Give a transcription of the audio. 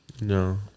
No